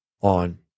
on